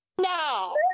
No